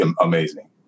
amazing